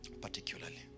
Particularly